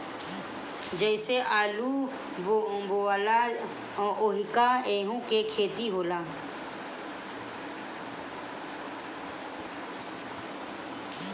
जइसे आलू बोआला ओहिंगा एहू के खेती होला